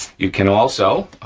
you can also,